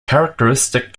characteristic